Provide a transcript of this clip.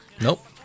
Nope